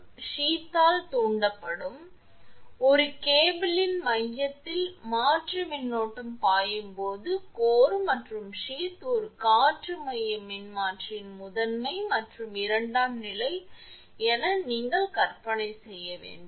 எனவே ஒரு கேபிளின் மையத்தில் மாற்று மின்னோட்டம் பாயும் போது கோர் மற்றும் சீத் ஒரு காற்று மைய மின்மாற்றியின் முதன்மை மற்றும் இரண்டாம் நிலை என நீங்கள் கற்பனை செய்ய வேண்டும்